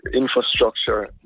infrastructure